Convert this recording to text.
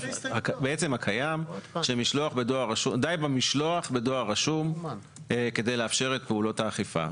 הקיים שדי במשלוח בדואר רשום כדי לאפשר את פעולות האכיפה.